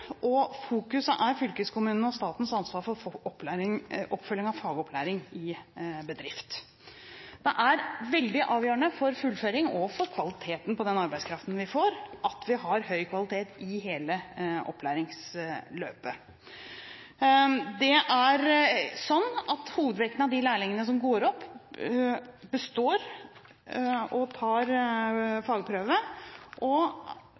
og fokuset er fylkeskommunenes og statens ansvar for oppfølging av fagopplæring i bedrift. Det er veldig avgjørende for fullføring og for kvaliteten på den arbeidskraften vi får, at vi har høy kvalitet i hele opplæringsløpet. Det er sånn at hovedvekten av de lærlingene som går opp til fagprøve, består, og